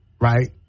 right